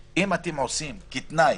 אתם עושים תנאי